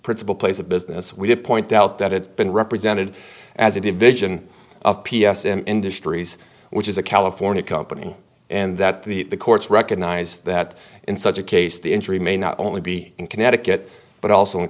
principal place of business we did point out that had been represented as a division of p s and industries which is a california company and that the courts recognize that in such a case the injury may not only be in connecticut but also in